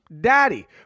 Daddy